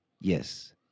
Yes